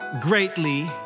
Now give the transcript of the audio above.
greatly